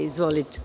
Izvolite.